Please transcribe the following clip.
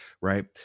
right